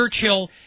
Churchill